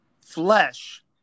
flesh